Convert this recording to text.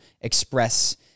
express